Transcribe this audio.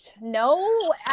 no